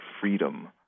freedom